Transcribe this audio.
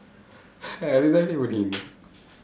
அதுதான்டீ புரியல:athuthaandi puriyala